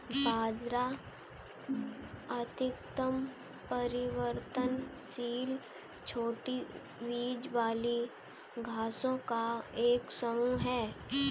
बाजरा अत्यधिक परिवर्तनशील छोटी बीज वाली घासों का एक समूह है